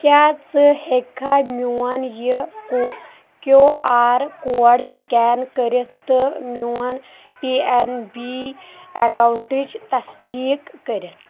کیٛاہ ژٕ ہٮ۪کھا میون یہِ کیوٗ آر کوڈ سِکین کٔرِتھ تہٕ میون پی ایٚن بی اؠکاونٹٕچ تصدیٖق کٔرِتھ